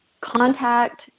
contact